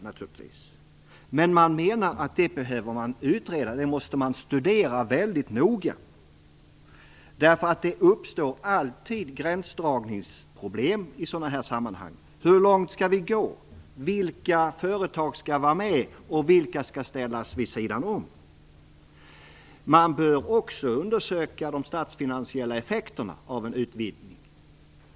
Man menar dock att detta behöver utredas och studeras väldigt noga. Det uppstår alltid gränsdragningsproblem i sådana här sammanhang. Hur långt skall vi gå? Vilka företag skall vara med, och vilka skall ställas vid sidan av? Man bör också undersöka de statsfinansiella effekterna av en utvidgning.